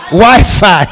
wi-fi